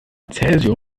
cäsium